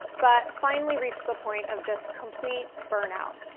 but finally reached the point of just complete burnout.